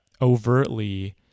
overtly